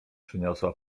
przyniosła